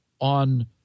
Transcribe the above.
on